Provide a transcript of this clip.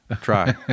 Try